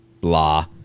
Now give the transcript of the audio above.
Blah